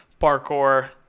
parkour